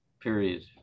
period